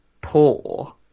poor